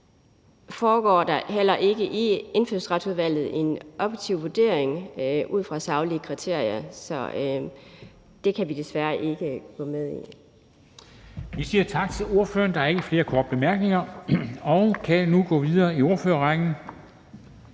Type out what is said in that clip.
foregår der heller ikke i Indfødsretsudvalget en objektiv vurdering ud fra saglige kriterier. Så det kan vi desværre ikke gå med i.